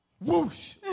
whoosh